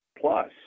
plus